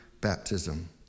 baptism